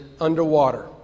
underwater